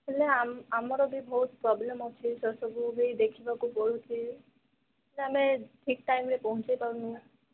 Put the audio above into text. ହେଲେ ଆମ ଆମର ବି ବହୁତ ପ୍ରୋବ୍ଲମ୍ ଅଛି ସେ ସବୁ ବି ଦେଖିବାକୁ ପଡ଼ୁଛି ଆମେ ଠିକ ଟାଇମରେ ପହଞ୍ଚେଇ ପାରୁନୁ